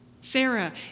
Sarah